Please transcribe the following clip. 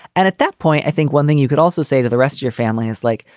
and at that point, i think one thing you could also say to the rest of your family is like,